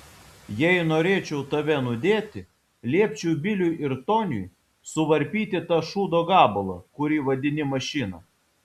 jei norėčiau tave nudėti liepčiau biliui ir toniui suvarpyti tą šūdo gabalą kurį vadini mašina